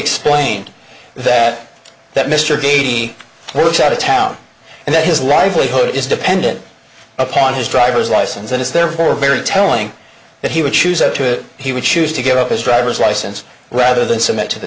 explained that that mr gayety worked out of town and that his livelihood is dependent upon his driver's license and is therefore very telling that he would choose up to it he would choose to give up his driver's license rather than submit to the